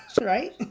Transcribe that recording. right